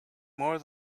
more